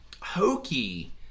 hokey